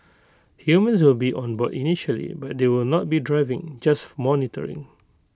humans will be on board initially but they will not be driving just monitoring